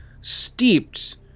steeped